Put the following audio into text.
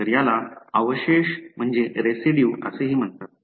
तर याला अवशेष असेही म्हणतात